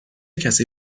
کسی